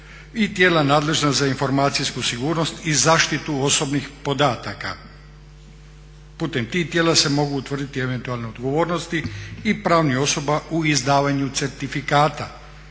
i tijela nadležna za informacijsku sigurnost i zaštitu osobnih podataka. Putem tih tijela se mogu utvrditi eventualne odgovornosti i pravnih osoba u izdavanju certifikata.